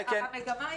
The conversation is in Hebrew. אני